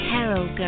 Carol